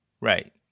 Right